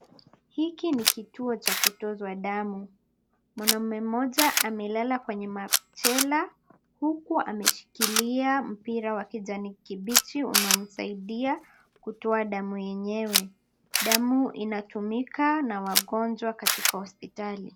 Hiki ni kituo cha kutozwa damu. Mwanamume mmoja amelala kwenye machela, huku ameshikilia mpira wa kijani kibichi unaomsaidia kutoa damu yenyewe. Damu inatumika na wagonjwa katika hospitali.